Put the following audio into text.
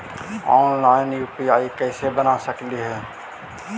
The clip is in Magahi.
ऑनलाइन यु.पी.आई कैसे बना सकली ही?